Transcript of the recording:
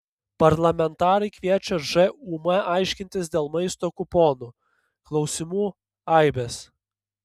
parlamentarai kviečia žūm aiškintis dėl maisto kuponų klausimų aibės